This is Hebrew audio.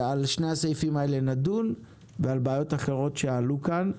על שני הסעיפים האלה ועל בעיות אחרות שעלו כאן נדון.